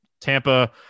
Tampa